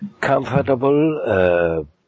Comfortable